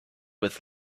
with